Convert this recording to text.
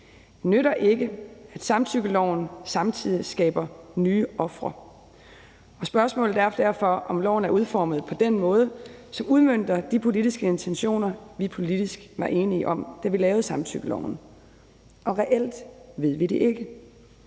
det nytter ikke, at samtykkeloven samtidig skaber nye ofre. Spørgsmålet er derfor, om loven er udformet på den måde, som udmønter de politiske intentioner, vi politisk var enige om, da vi lavede samtykkeloven. Reelt ved vi det ikke.